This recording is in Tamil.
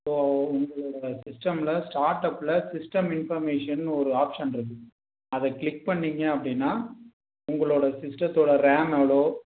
இப்போ வந்து சிஸ்டமில் ஸ்டார்ட் அப்பில் சிஸ்டம் இன்ஃபர்மேஷன்னு ஒரு ஆப்ஷன்ருக்கு அதை க்ளிக் பண்ணீங்க அப்படினா உங்களோட சிஸ்டத்தோட ரேம் அதோ